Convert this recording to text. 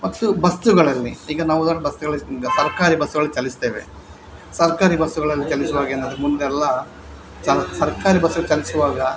ಮತ್ತು ಬಸ್ಸುಗಳಲ್ಲಿ ಈಗ ನಾವು ಉದಾಹರ್ಣೆಗೆ ಬಸ್ಸುಗಳಲ್ಲಿ ಸರ್ಕಾರಿ ಬಸ್ಸುಗಳಲ್ಲಿ ಚಲಿಸ್ತೇವೆ ಸರ್ಕಾರಿ ಬಸ್ಸುಗಳಲ್ಲಿ ಚಲಿಸುವಾಗ ಏನಾಗ್ತದೆ ಮುಂದೆಲ್ಲ ಸರ್ಕಾರಿ ಬಸ್ಸಲ್ಲಿ ಚಲಿಸುವಾಗ